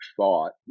thought